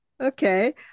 okay